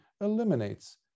eliminates